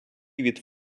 від